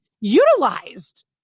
utilized